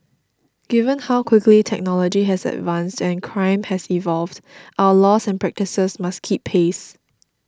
given how quickly technology has advanced and crime has evolved our laws and practices must keep pace